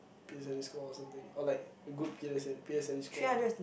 P_S_L_E score or something or like a good P_S~ P_S_L_E score